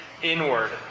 inward